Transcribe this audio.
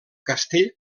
castell